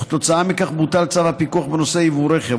וכתוצאה מכך בוטל צו הפיקוח בנושא יבוא רכב,